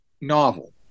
novel